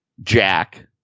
Jack